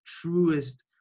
truest